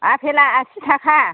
आफेला आसि थाखा